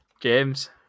James